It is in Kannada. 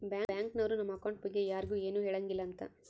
ಬ್ಯಾಂಕ್ ನವ್ರು ನಮ್ ಅಕೌಂಟ್ ಬಗ್ಗೆ ಯರ್ಗು ಎನು ಹೆಳಂಗಿಲ್ಲ ಅಂತ